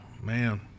man